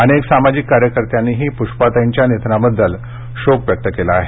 अनेक सामाजिक कार्यकर्त्यांनीही पुष्पाताईच्या निधनाबद्दल शोक व्यक्त केला आहे